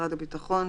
משרד הביטחון,